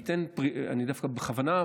בכוונה,